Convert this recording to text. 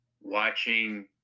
watching